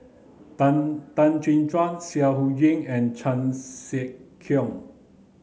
Tan Tan Chin Tuan Seah Eu Chin and Chan Sek Keong